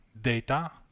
data